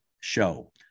show